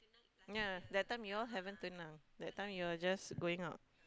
ya that time you all haven't tunang that time you all just going out